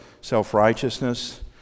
self-righteousness